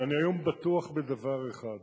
ואני היום בטוח בדבר אחד: